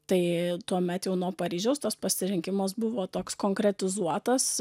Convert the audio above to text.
tai tuomet jau nuo paryžiaus tas pasirinkimas buvo toks konkretizuotas